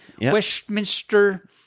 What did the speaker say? Westminster